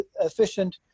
efficient